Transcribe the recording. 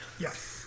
Yes